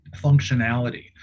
functionality